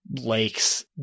lakes